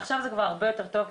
עכשיו זה כבר הרבה יותר טוב,